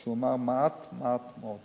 שהוא אמר: מעט, מעט מאוד.